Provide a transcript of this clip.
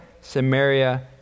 Samaria